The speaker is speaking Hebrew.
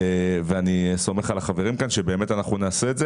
ואני סומך על החברים כאן שבאמת נעשה את זה.